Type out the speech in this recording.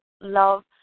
Love